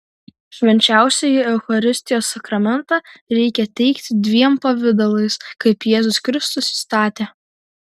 švenčiausiąjį eucharistijos sakramentą reikia teikti dviem pavidalais kaip jėzus kristus įstatė